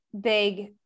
big